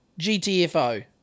GTFO